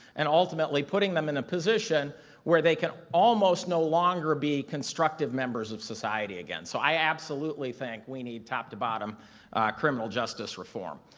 and ultimately putting them in a position where they can almost no longer be constructive members of society again. so i absolutely think we need top-to-bottom criminal justice reform.